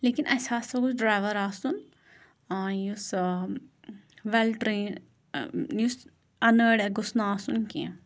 لیکِن اَسہِ ہسا گوٚژھ ڈرٛایوَر آسُن یُس وٮ۪ل یُس اَنٲڑۍ گوٚژھ نہٕ آسُن کینٛہہ